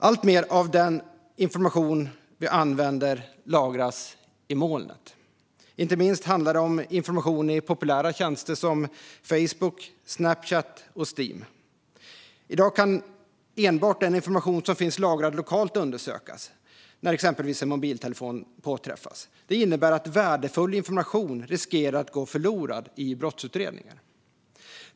Alltmer av den information vi använder lagras i molnet. Inte minst handlar det om information i populära tjänster som Facebook, Snapchat och Steam. I dag kan enbart den information som finns lagrad lokalt undersökas, när exempelvis en mobiltelefon påträffas. Det innebär att värdefull information riskerar att gå förlorad i brottsutredningar.